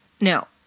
No